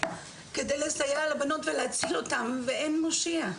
כדי לסייע לבנות ולהציל אותן, ואין מושיע.